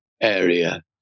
area